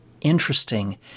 interesting